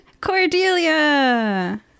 Cordelia